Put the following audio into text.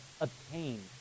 obtain